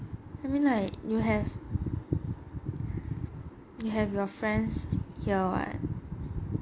I mean like you have you have your friends here [what]